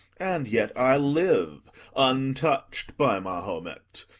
and yet i live untouch'd by mahomet.